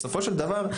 בסופו של דבר,